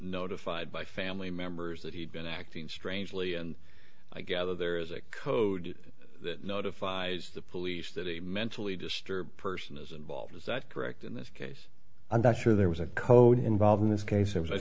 notified by family members that he had been acting strangely and i gather there is a code that notifies the police that a mentally disturbed person is involved is that correct in this case i'm not sure there was a code involved in this case